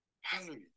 Hallelujah